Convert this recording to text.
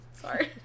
Sorry